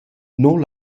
nus